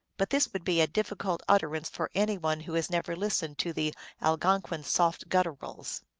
but this would be a diffi cult utterance for any one who has never listened to the algon quin soft gutturals.